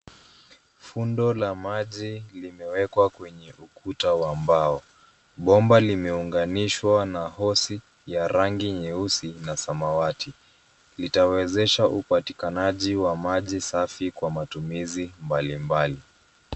Fundo la maji limewekwa kwenye ukuta wa mbao. Bomba limeunganishwa na hosi ya rangi nyeusi na samawati. Litawezesha upatikanaji wa maji safi kwa matumizi mbalimbali.